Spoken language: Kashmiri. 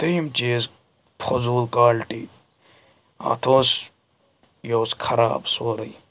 ترٛیِم چیٖز فضوٗل کالٹی اَتھ اوس یہِ اوس خراب سورُے